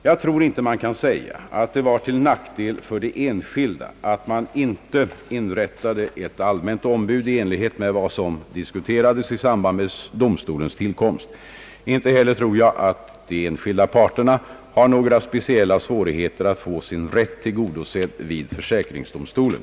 Jag tror inte man kan säga att det var till nackdel för de enskilda att man inte inrättade ett allmänt ombud i enlighet med vad som diskuterades i samband med domstolens tillkomst. Inte heller tror jag att de enskilda parterna har några speciella svårigheter att få sin rätt tillgodosedd vid försäkringsdomstolen.